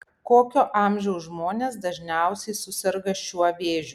kokio amžiaus žmonės dažniausiai suserga šiuo vėžiu